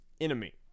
enemy